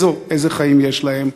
איזה חיים יש להם.